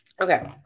Okay